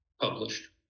published